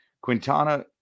Quintana